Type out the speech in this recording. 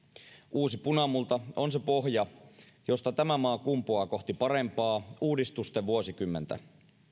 uusi punamulta on se pohja josta tämä maa kumpuaa kohti parempaa uudistusten vuosikymmentä